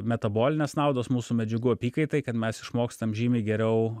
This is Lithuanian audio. metabolinės naudos mūsų medžiagų apykaitai kad mes išmokstam žymiai geriau